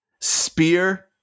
Spear